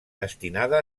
destinada